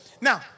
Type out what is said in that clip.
Now